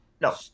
No